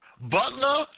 Butler